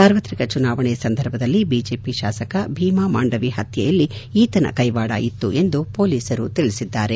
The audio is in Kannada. ಸಾರ್ವತ್ರಿಕ ಚುನಾವಣೆ ಸಂದರ್ಭದಲ್ಲಿ ಬಿಜೆಪಿ ಶಾಸಕ ಭೀಮಾ ಮಾಂಡವಿ ಪತ್ತೆಯಲ್ಲಿ ಈತನ ಕೈವಾಡ ಇತ್ತು ಎಂದು ಮೊಲೀಸರು ತಿಳಿಸಿದ್ದಾರೆ